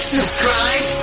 Subscribe